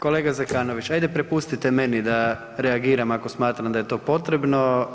Kolega Zekanović ajde prepustite meni da reagiram ako smatram da je to potrebno.